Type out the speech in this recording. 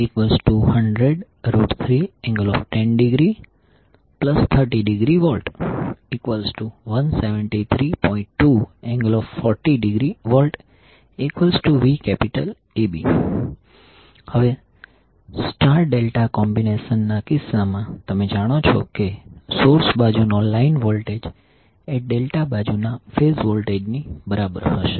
2∠40°VVAB હવે star delta combination ના કિસ્સામાં તમે જાણો છો કે સોર્સ બાજુનો લાઇન વોલ્ટેજ એ ડેલ્ટા બાજુના ફેઝ વોલ્ટેજની બરાબર હશે